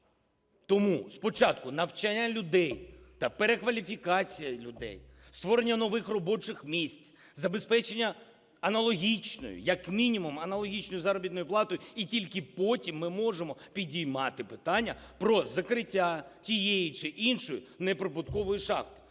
Тому спочатку навчання людей та перекваліфікація людей, створення нових робочих місць, забезпечення аналогічної, як мінімум аналогічної заробітної плати, і тільки потім ми можемо підіймати питання про закриття тієї чи іншої неприбуткової шахти.